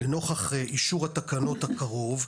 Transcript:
לנוכח אישור התקנות הקרוב,